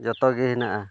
ᱡᱚᱛᱚᱜᱮ ᱦᱮᱱᱟᱜᱼᱟ